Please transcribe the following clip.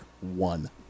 one